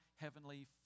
heavenly